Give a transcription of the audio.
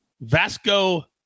Vasco